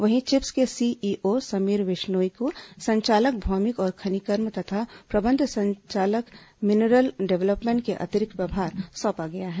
वहीं चिप्स के सीईओ समीर विश्नोई को संचालक भौमिकी और खनिकर्म तथा प्रबंध संचालक मिनरल डेब्लपमेंट का अतिरिक्त प्रभार सौंपा गया है